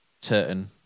Turton